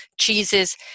cheeses